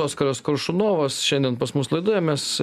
oskaras koršunovas šiandien pas mus laidoje mes